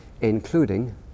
including